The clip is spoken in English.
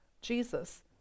Jesus